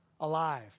alive